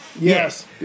Yes